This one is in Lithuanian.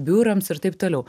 biurams ir taip toliau